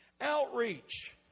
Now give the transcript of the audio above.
Outreach